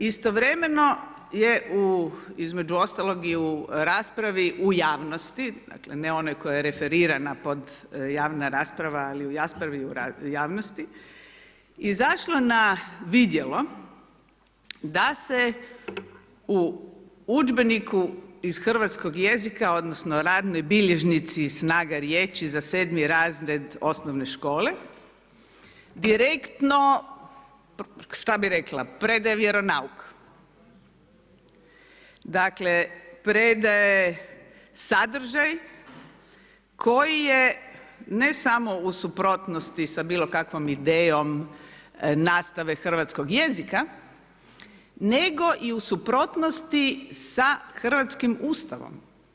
Istovremeno je u između ostalog i u raspravi u javnosti, dakle ne onoj koja je referirana pod javna rasprava, ali u raspravi u javnosti izašla na vidjelo da se u udžbeniku iz hrvatskog jezika, odnosno radnoj bilježnici snaga riječi za 7. razred OŠ direktno, šta bih rekla, predaje vjeronauk, dakle predaje sadržaj koji je, ne samo u suprotnosti sa bilo kakvom idejom nastave hrvatskog jezika, nego i suprotnosti sa hrvatskim Ustavom.